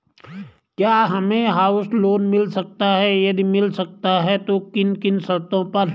क्या हमें house loan मिल सकता है यदि मिल सकता है तो किन किन शर्तों पर?